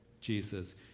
Jesus